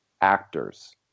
actors